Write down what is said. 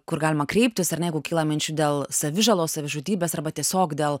kur galima kreiptis ar ne jeigu kyla minčių dėl savižalos savižudybės arba tiesiog dėl